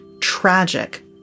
tragic